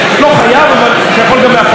לא חייבים, אתה יכול גם מהפרוטוקול.